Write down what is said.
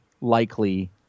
likely